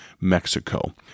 Mexico